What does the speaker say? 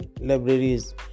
libraries